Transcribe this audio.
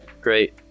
great